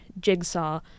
Jigsaw